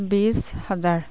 বিছ হাজাৰ